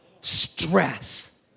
stress